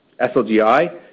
SLGI